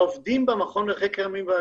העובדים בו מגיעים